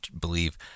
believe